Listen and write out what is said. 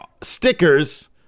stickers